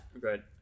good